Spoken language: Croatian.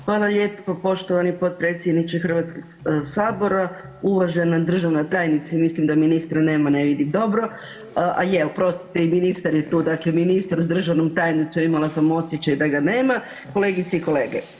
Hvala lijepo poštovani potpredsjedniče HS, uvažena državne tajnice, mislim da ministra nema, ne vidim dobro, a je oprostite i ministar je tu, dakle ministar s državnom tajnicom, imala sam osjećaj da ga nema, kolegice i kolege.